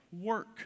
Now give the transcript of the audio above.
work